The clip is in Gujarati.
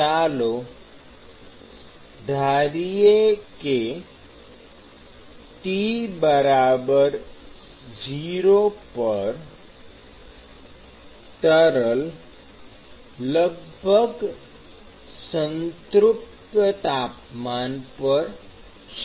ચાલો ધારીએ કે t0 પર તરલ લગભગ સંતૃપ્ત તાપમાન પર છે